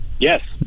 Yes